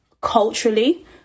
culturally